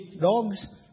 dogs